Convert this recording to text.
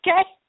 okay